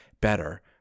better